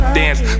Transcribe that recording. dance